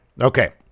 Okay